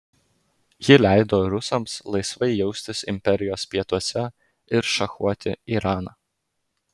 ji leido rusams laisvai jaustis imperijos pietuose ir šachuoti iraną